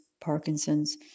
Parkinson's